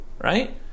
right